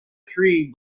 tree